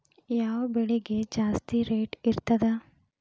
ಯಾವ ಬೆಳಿಗೆ ಜಾಸ್ತಿ ರೇಟ್ ಇರ್ತದ?